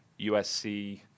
USC